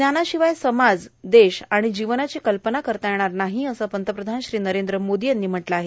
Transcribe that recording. ज्ञाना शिवाय समाज देश आणण जीवनाची कल्पना करता येणार नाही असं पंतप्रधान श्री नरद्र मोर्दा यांनी म्हटलं आहे